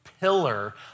pillar